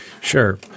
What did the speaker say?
Sure